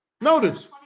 Notice